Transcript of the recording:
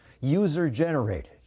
user-generated